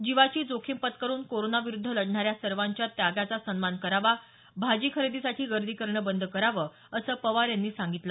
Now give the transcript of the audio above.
जीवाची जोखीम पत्करुन कोरोनाविरुद्ध लढणाऱ्या सर्वांच्या त्यागाचा सन्मान करावा भाजी खरेदीसाठी गर्दी करणं बंद करावं असं पवार यांनी सांगितलं